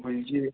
বলছি